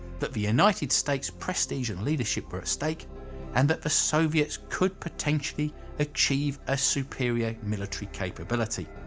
that the united states prestige and leadership were at stake and that the soviets could potentially achieve a superior military capability.